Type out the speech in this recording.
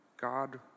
God